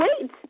wait